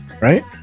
right